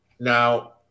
Now